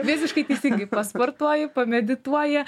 visiškai teisingai pasportuoju pamedituoja